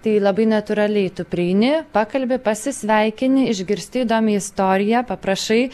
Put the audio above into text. tai labai natūraliai tu prieini pakalbi pasisveikini išgirsti įdomią istoriją paprašai